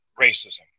racism